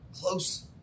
close